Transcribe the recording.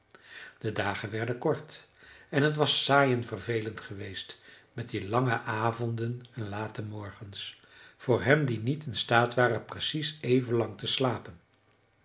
de dagen werden kort en t was saai en vervelend geweest met die lange avonden en late morgens voor hen die niet in staat waren precies even lang te slapen